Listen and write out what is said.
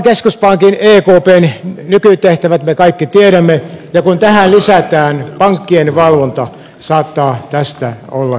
euroopan keskuspankin ekpn nykytehtävät me kaikki tiedämme ja kun tähän lisätään pankkien valvonta saattaa tästä olla kyse